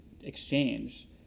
exchange